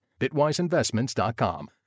BitwiseInvestments.com